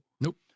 Nope